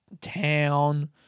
town